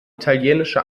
italienische